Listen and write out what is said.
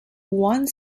one